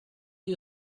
you